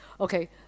okay